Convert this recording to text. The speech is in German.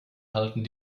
halten